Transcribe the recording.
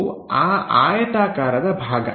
ಇದು ಆ ಆಯತಾಕಾರದ ಭಾಗ